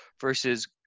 versus